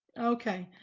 okay.